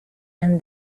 and